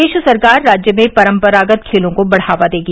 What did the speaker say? प्रदेश सरकार राज्य में परम्परागत खेलों को बढ़ावा देगी